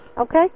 Okay